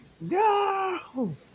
No